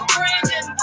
Brandon